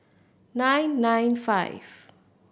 nine nine five